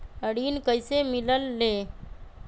ऋण कईसे मिलल ले?